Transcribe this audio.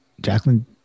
Jacqueline